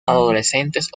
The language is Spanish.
adolescentes